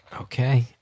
Okay